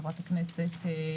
חברת הכנסת,